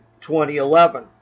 2011